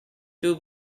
two